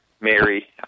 Mary